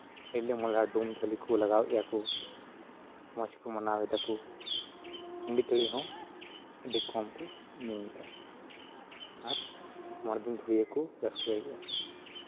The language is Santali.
ᱨᱤᱞᱟᱹᱢᱟᱞᱟ ᱰᱩᱢ ᱡᱷᱟᱹᱞᱤ ᱠᱚ ᱞᱟᱜᱟᱣᱮᱫ ᱜᱮᱭᱟ ᱠᱚ ᱢᱚᱡᱽ ᱠᱚ ᱢᱟᱱᱟᱣ ᱮᱫᱟᱠᱚ ᱦᱟᱺᱰᱤ ᱛᱟᱹᱲᱤ ᱦᱚᱸ ᱟᱹᱰᱤ ᱠᱚᱢᱠᱚ ᱧᱩᱭᱫᱟ ᱟᱨ ᱢᱚᱬᱮ ᱫᱤᱱ ᱫᱷᱩᱨᱤᱭᱟᱹ ᱠᱚ ᱨᱟᱹᱥᱠᱟᱹᱭᱮᱫᱼᱟ